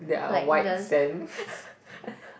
like the